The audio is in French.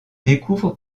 découvre